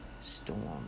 storm